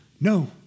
no